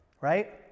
Right